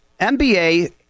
MBA